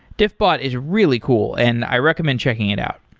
diffbot is really cool and i recommend checking it out.